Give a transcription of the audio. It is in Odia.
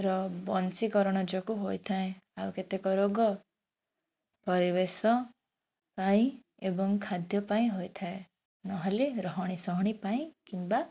ର ବଶୀକରଣ ଯୋଗୁଁ ହୋଇଥାଏ ଆଉ କେତେକ ରୋଗ ପରିବେଶ ପାଇଁ ଏବଂ ଖାଦ୍ୟ ପାଇଁ ହୋଇଥାଏ ନହେଲେ ରହଣି ସହଣୀ ପାଇଁ କିମ୍ବା